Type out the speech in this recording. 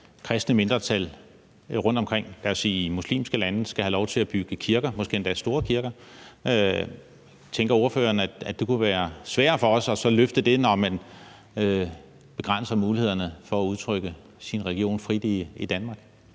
at kristne mindretal rundtomkring i, lad os sige muslimske lande skal have lov til at bygge kirker, måske endda store kirker. Tænker ordføreren, at det kunne være sværere for os at løfte det, når man begrænser mulighederne for at udtrykke sin religion frit i Danmark?